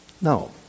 no